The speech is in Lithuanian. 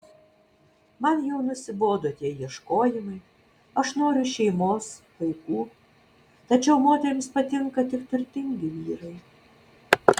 man jau nusibodo tie ieškojimai aš noriu šeimos vaikų tačiau moterims patinka tik turtingi vyrai